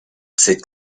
cette